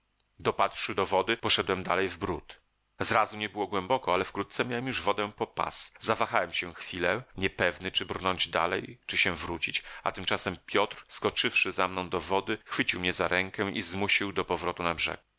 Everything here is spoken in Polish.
dopadłszy do wody poszedłem dalej w bród zrazu nie było głęboko ale wkrótce miałem już wodę po pas zawahałem się chwilę niepewny czy brnąć dalej czy się wrócić a tymczasem piotr skoczywszy za mną do wody chwycił mnie za rękę i zmusił do powrotu na brzeg